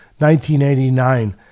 1989